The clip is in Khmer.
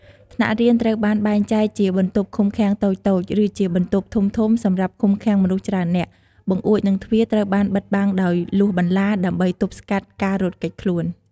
ថ្នាក់រៀនត្រូវបានបែងចែកជាបន្ទប់ឃុំឃាំងតូចៗ ឬជាបន្ទប់ធំៗសម្រាប់ឃុំឃាំងមនុស្សច្រើននាក់ បង្អួច និងទ្វារត្រូវបានបិទបាំងដោយលួសបន្លា ដើម្បីទប់ស្កាត់ការរត់គេចខ្លួន។